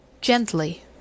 Gently